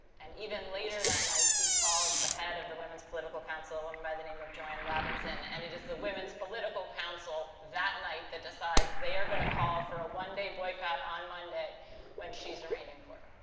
and, even later that night, he calls the head of the women's political council, a woman by the name of joanne robinson. and, it is the women's political council, that night, that decides they are going to call for a one day boycott on monday when she's arraigned in court.